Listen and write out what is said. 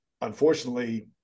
unfortunately